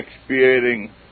expiating